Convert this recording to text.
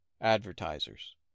Advertisers